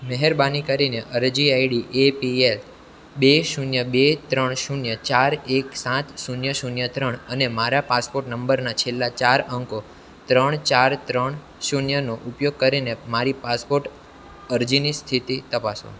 મહેરબાની કરીને અરજી આઈડી એ પી એલ બે શૂન્ય બે ત્રણ શૂન્ય ચાર એક સાત શૂન્ય શૂન્ય ત્રણ અને મારા પાસપોટ નંબરના છેલ્લા ચાર અંકો ત્રણ ચાર ત્રણ શૂન્યનો ઉપયોગ કરીને મારી પાસપોટ અરજીની સ્થિતિ તપાસો